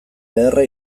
beharra